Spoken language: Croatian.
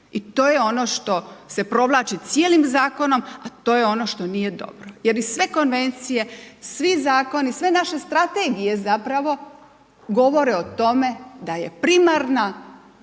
I to je ono što se provlači cijelim zakonom, a to je ono što nije dobro jer i sve konvencije, svi zakoni, sve naše strategije zapravo govore o tome da je primarna,